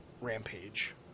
Rampage